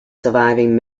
surviving